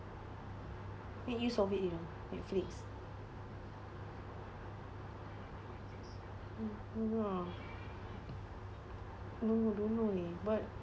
make use of it you know Netflix mm ya mm don't know leh but